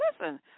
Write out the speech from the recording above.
Listen